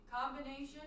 Combination